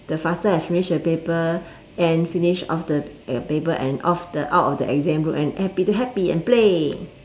the faster I finish the paper and finish off the uh the paper and off the out of the exam room and happy to happy and play